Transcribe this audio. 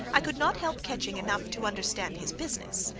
i could not help catching enough to understand his business.